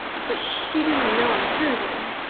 but she didn't know i heard her.